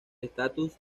estatus